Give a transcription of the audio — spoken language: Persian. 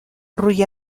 روی